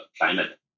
climate